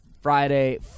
friday